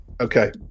Okay